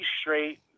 straight